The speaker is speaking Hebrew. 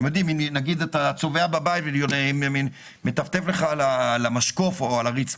אם למשל טפטף לך צבע בבית.